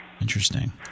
Interesting